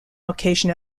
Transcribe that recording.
location